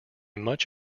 much